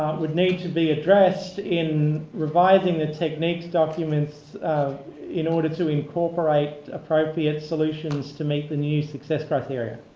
would need to be addressed in revising the techniques documents in order to incorporate appropriate solutions to meet the new success criteria.